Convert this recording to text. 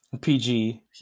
PG